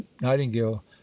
nightingale